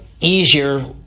easier